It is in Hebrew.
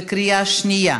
בקריאה שנייה.